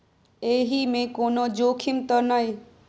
एहि मे कोनो जोखिम त नय?